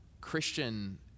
Christian